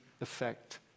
effect